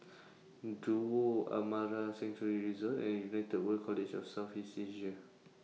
Duo Amara Sanctuary Resort and United World College of South East Asia